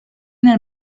nel